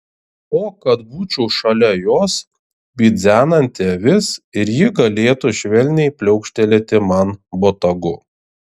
o kad būčiau šalia jos bidzenanti avis ir ji galėtų švelniai pliaukštelėti man botagu